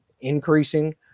increasing